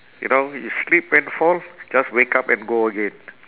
you know you slip and fall just wake up and go again